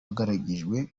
agaragiwe